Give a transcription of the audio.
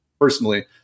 personally